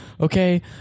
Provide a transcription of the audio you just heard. Okay